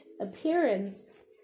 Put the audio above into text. appearance